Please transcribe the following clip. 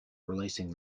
releasing